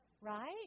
Right